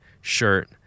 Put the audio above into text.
shirt